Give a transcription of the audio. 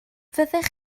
fyddech